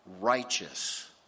righteous